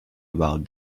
about